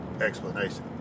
explanation